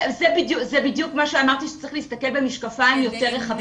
זה בדיוק מה שאמרתי שצריך להסתכל במשקפים יותר רחבים,